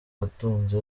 atunze